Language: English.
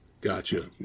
Gotcha